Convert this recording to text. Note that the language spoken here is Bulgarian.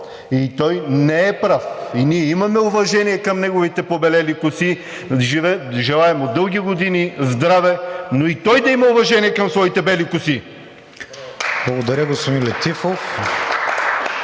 и той не е прав. И ние имаме уважение към неговите побелели коси. Желаем му дълги години здраве, но и той да има уважение към своите бели коси. (Ръкопляскания от